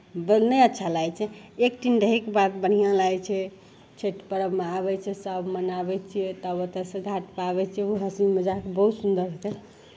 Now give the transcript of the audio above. ब नहि अच्छा लागै छै एकठिन रहयके बाद बढ़िआँ लागै छै छठि पर्वमे आबै छै सभ मनाबै छियै तब ओतयसँ घाटपर आबै छियै ओ हँसी मजाक बहुत सुन्दर